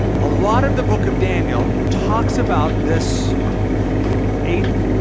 a lot of the book of daniel talks about this eighth